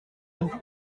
nous